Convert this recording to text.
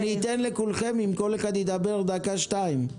אני אתן לכולכם אם כל אחד ידבר דקה, שתיים.